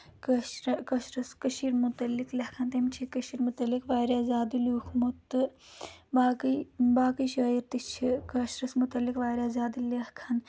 کٲشِر کٲشرِس کٔشیٖر مُتعلق لیکھان تٔمۍ چھِ کٔشیٖر مُتعلِق واریاہ زیادٕ لیوٗکھمُت تہٕ باقٕے باقٕے شٲعر تہِ چھِ کٲشرِس مُتعلِق واریاہ زیادٕ لیکھان